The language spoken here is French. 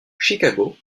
chicago